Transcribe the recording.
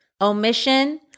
omission